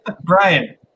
Brian